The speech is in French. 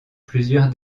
plusieurs